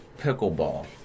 pickleball